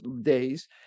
days